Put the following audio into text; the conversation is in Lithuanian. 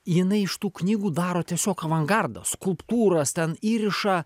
jinai iš tų knygų daro tiesiog avangardą skulptūros ten įriša